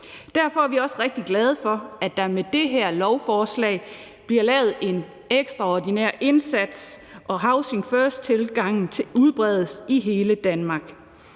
Derfor er vi også rigtig glade for, at der med det her lovforslag bliver lavet en ekstraordinær indsats, og at housing first-tilgangen udbredes i hele Danmark.